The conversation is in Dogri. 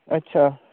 अच्छा